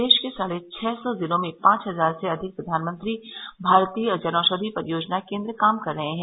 देश के साढ़े छह सौ जिलों में पांच हजार से अधिक प्रधानमंत्री भारतीय जनऔषधि परियोजना केन्द्र काम कर रहे हैं